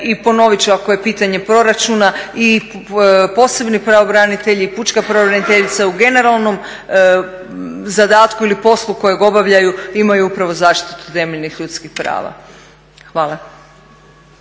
I ponovit ću ako je pitanje proračuna i posebni pravobranitelji, pučka pravobraniteljica u generalnom zadatku ili poslu kojeg obavljaju imaju upravo zaštitu temeljnih ljudskih prava. Hvala.